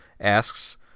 asks